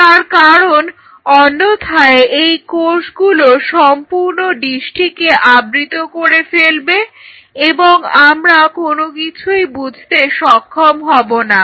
তার কারণ অন্যথায় এই কোষগুলো সম্পূর্ণ ডিসটিকে আবৃত করে ফেলবে এবং আমরা কোনো কিছুই বুঝতে সক্ষম হবো না